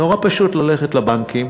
נורא פשוט ללכת לבנקים